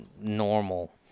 normal